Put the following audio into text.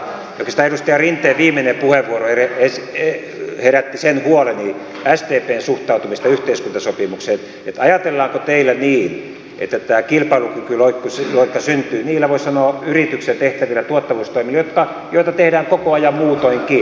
oikeastaan edustaja rinteen viimeinen puheenvuoro herätti sen huoleni sdpn suhtautumisesta yhteiskuntasopimukseen että ajatellaanko teillä niin että tämä kilpailukykyloikka syntyy niillä voisi sanoa yrityksessä tehtävillä tuottavuustoimilla joita tehdään koko ajan muutoinkin